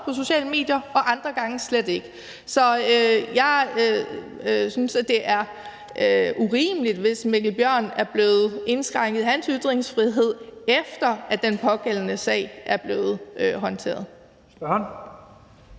på sociale medier og andre gange slet ikke. Så jeg synes, at det er urimeligt, hvis Mikkel Bjørn er blevet indskrænket i sin ytringsfrihed, efter at den pågældende sag er blevet håndteret.